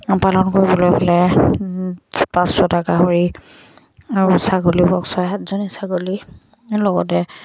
পালন কৰিবলৈ হ'লে পাঁচ ছয়টা গাহৰি আৰু ছাগলী হওক ছয় সাতজনী ছাগলী লগতে